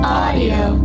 audio